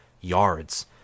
yards